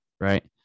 Right